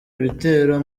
ibitero